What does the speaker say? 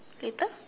later